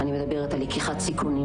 ובוודאי לא ראיתי סרטים של